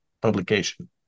publication